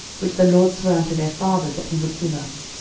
which the lord sware unto their fathers that he would give us,